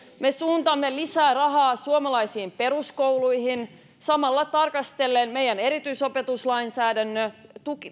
me suuntaamme lisää rahaa suomalaisiin peruskouluihin samalla tarkastellen meidän erityisopetuslainsäädännön